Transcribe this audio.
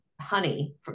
honey